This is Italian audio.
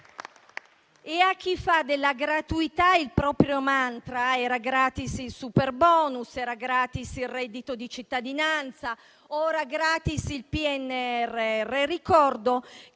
A chi fa della gratuità il proprio *mantra* - era gratis il superbonus, era gratis il reddito di cittadinanza, ora è gratis il PNRR - ricordo che